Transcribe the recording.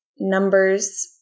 numbers